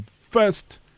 first